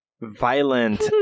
violent